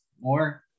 more